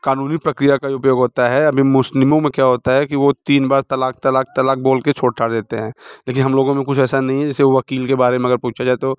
क़ानूनी प्रक्रिया का ही उपयोग होता है अभी मुस्लिमों में क्या होता है कि वो तीन बार तलाक़ तलाक़ तलाक़ बोल के छोड़ छाड़ देते हैं लेकिन हम लोगों में कुछ ऐसा नहीं है जैसे वक़ील के बारे में अगर पूछा जाए तो